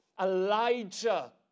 Elijah